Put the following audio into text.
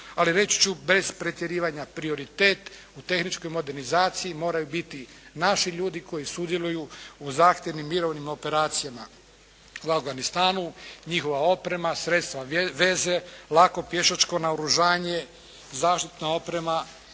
ali reći ću bez pretjerivanja, prioritet u tehničkoj modernizaciji moraju biti naši ljudi koji sudjeluju u zahtjevnim mirovnim operacijama u Afganistanu, njihova oprema, sredstva veze, lako pješačko naoružanje, zaštitna oprema